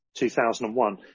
2001